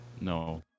No